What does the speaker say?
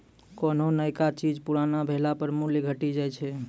कोन्हो नयका चीज पुरानो भेला पर मूल्य घटी जाय छै